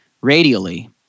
radially